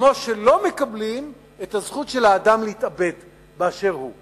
כמו שלא מקבלים את הזכות של האדם באשר הוא להתאבד.